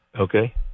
Okay